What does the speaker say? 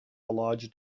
larger